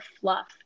fluff